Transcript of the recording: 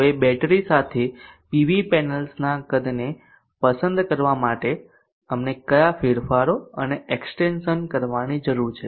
હવે બેટરી સાથે પીવી પેનલ્સના કદને પસંદ કરવા માટે અમને કયા ફેરફારો અને એક્સ્ટેંશન કરવાની જરૂર છે